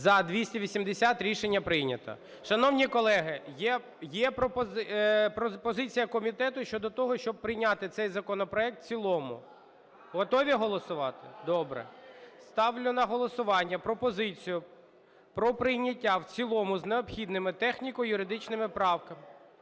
За-280 Рішення прийнято. Шановні колеги, є пропозиція комітету щодо того, щоб прийняти цей законопроект в цілому. Готові голосувати? Добре. Ставлю на голосування пропозицію про прийняття в цілому з необхідними техніко-юридичними правками…